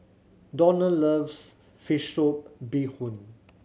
Donal loves fish soup bee hoon